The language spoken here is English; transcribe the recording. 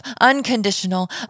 unconditional